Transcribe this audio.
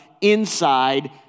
inside